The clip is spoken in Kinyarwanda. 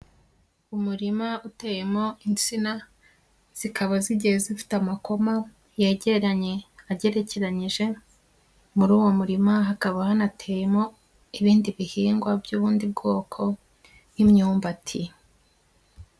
Umurima uteyemo insina, zikaba zigiye zifite amakoma, yegeranye agerekeranyije. Muri uwo murima hakaba hanateyemo, ibindi bihingwa by'ubundi bwoko, nk'imyumbati.